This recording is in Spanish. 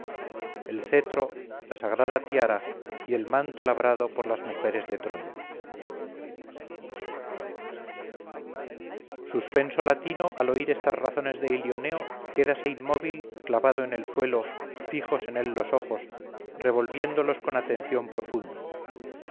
el cetro la sagrada tiara y el manto labrado por las mujeres de troya suspenso latino al oír estas razones de ilioneo quédase inmóvil clavado en el suelo fijos en él los ojos revolviéndolos con atención profunda